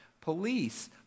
police